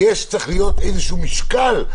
צריך להיות איזשהו משקל.